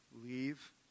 leave